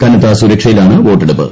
കനത്ത സുരക്ഷയിലാണ് വോട്ടെടുപ്പ്